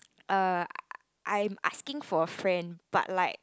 err I'm asking for a friend but like